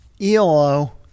ELO